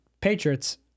Patriots